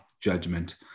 judgment